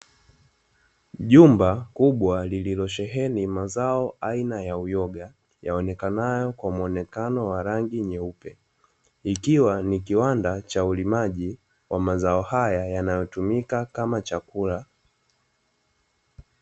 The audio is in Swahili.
Jumba kubwa lililosheheni mazao aina ya uyoga, yaonekanayo kwa muonekano wa rangi nyeupe. Ikiwa ni kiwanda cha ulimaji wa mazao haya, yanayotumika kama chakula.